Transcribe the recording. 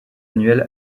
annuelle